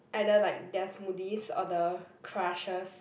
either like their smoothies or the crushers